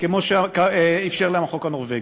כמו שאפשר החוק הנורבגי.